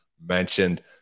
mentioned